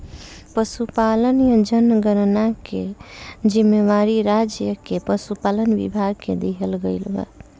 पसुपालन जनगणना के जिम्मेवारी राज्य के पसुपालन विभाग के दिहल गइल बा